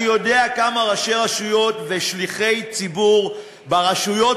אני יודע כמה ראשי רשויות ושליחי ציבור ברשויות